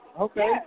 Okay